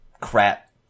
crap